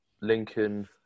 Lincoln